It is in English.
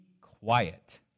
quiet